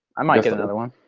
i might get another one.